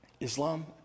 Islam